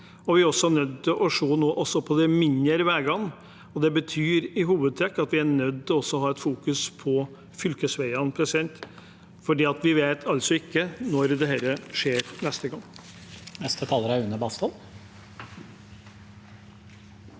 Vi er nå også nødt til å se på de mindre veiene. Det betyr i hovedtrekk at vi er nødt til å fokusere på fylkesveiene, for vi vet ikke når dette skjer neste gang.